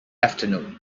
afternoon